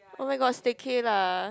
oh my god staycay lah